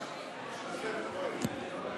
חברי הכנסת, נא להקשיב לדובר,